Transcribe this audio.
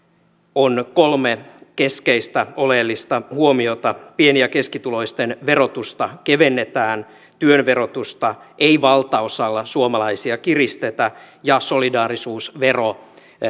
on kolme keskeistä oleellista huomiota pieni ja keskituloisten verotusta kevennetään työn verotusta ei valtaosalla suomalaisia kiristetä ja solidaarisuusvero